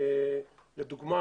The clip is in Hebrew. לדוגמה,